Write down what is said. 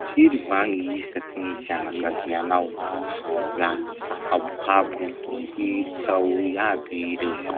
Firy va gny isakin'ny fianakavianao? La sahabohabon'ny ho firy tao eo aby ii reo?